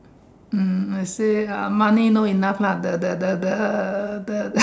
um I say money uh no enough lah the the the the the